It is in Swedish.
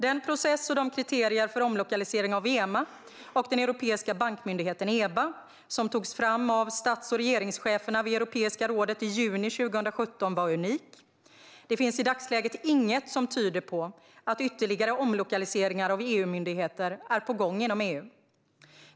Den process och de kriterier för omlokalisering av EMA och den europeiska bankmyndigheten, EBA, som togs fram av stats och regeringscheferna vid Europeiska rådet i juni 2017 var unik. Det finns i dagsläget inget som tyder på att ytterligare omlokaliseringar av EU-myndigheter är på gång inom EU.